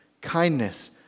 kindness